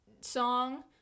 song